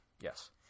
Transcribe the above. Yes